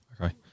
Okay